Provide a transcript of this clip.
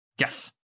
Yes